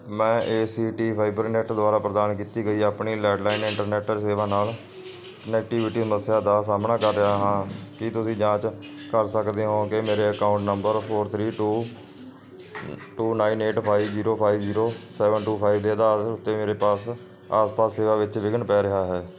ਮੈਂ A C T Fibernet ਦੁਆਰਾ ਪ੍ਰਦਾਨ ਕੀਤੀ ਗਈ ਆਪਣੀ ਲੈਂਡਲਾਈਨ ਇੰਟਰਨੈਟ ਸੇਵਾ ਨਾਲ ਕਨੈਕਟੀਵਿਟੀ ਸਮੱਸਿਆ ਦਾ ਸਾਹਮਣਾ ਕਰ ਰਿਹਾ ਹਾਂ ਕੀ ਤੁਸੀਂ ਜਾਂਚ ਕਰ ਸਕਦੇ ਹੋ ਕਿ ਮੇਰੇ account number four three two two nine eight five zero five zero seven two five ਦੇ ਅਧਾਰ ਉੱਤੇ ਮੇਰੇ ਪਾਸ ਆਸ ਪਾਸ ਸੇਵਾ ਵਿੱਚ ਵਿਘਨ ਪੈ ਰਿਹਾ ਹੈ